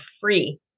free